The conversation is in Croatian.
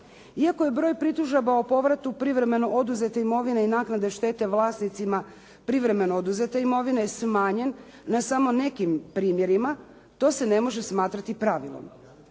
Iako je broj pritužaba o povratu privremeno oduzete imovine i naknade štete vlasnicima privremeno oduzete imovine smanjen ne samo nekim primjerima to se ne može smatrati pravilom.